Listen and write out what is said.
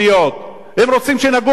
הם רוצים שנגור על הירח.